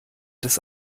des